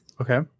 Okay